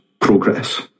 progress